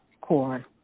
Core